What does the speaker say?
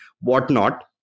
whatnot